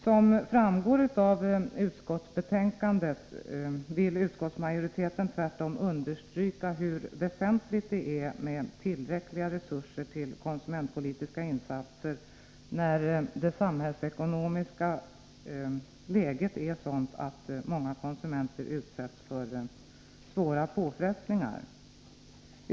Som framgår av utskottsbetänkandet vill utskottsmajoriteten tvärtom understryka hur väsentligt det är med tillräckliga resurser till konsumentpolitiska insatser när det samhällsekonomiska läget är sådant att många konsumenter utsätts för svåra påfrestningar.